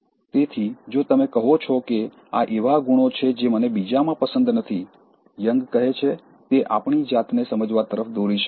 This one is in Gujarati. તેથી જો તમે કહો છો કે આ એવા ગુણો છે જે મને બીજામાં પસંદ નથી યંગ કહે છે તે આપણી જાતને સમજવા તરફ દોરી શકે છે